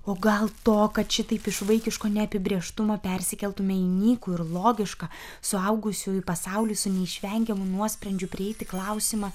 o gal to kad šitaip iš vaikiško neapibrėžtumo persikeltume į nykų ir logišką suaugusiųjų pasaulį su neišvengiamu nuosprendžiu prieiti klausimą